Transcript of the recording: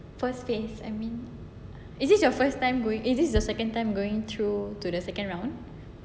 first phase I mean is it your first time going is it the second time going through to the second round